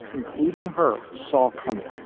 including her, saw coming.